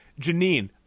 Janine